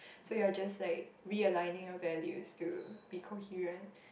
so you are just like realigning your values to be coherent